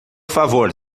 favor